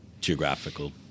geographical